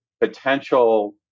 potential